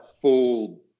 full